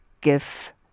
give